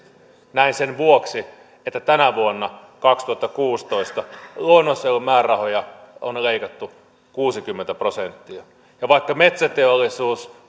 näin sen vuoksi että tänä vuonna kaksituhattakuusitoista luonnonsuojelun määrärahoja on leikattu kuusikymmentä prosenttia ja vaikka metsäteollisuus